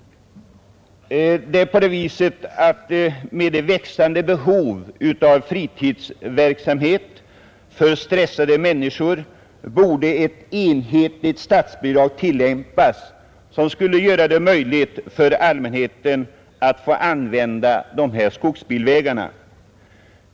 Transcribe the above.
Med det växande behov av fritidsverksamhet som föreligger borde ett enhetligt statsbidrag tillämpas. Detta skulle möjliggöra för allmänheten att få använda skogsbilvägarna.